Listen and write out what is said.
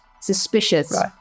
Suspicious